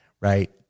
right